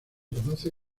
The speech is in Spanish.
conoce